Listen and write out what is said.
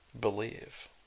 believe